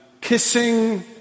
kissing